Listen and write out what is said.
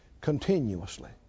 Continuously